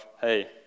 hey